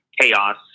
chaos